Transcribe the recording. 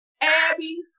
Abby